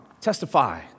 testify